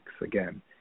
Again